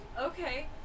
Okay